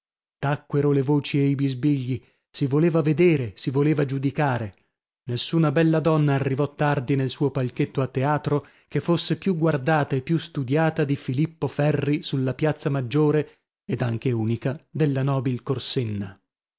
lato tacquero le voci e i bisbigli si voleva vedere si voleva giudicare nessuna bella donna arrivò tardi nel suo palchetto a teatro che fosse più guardata e più studiata di filippo ferri sulla piazza maggiore ed anche unica della nobil corsenna